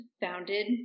founded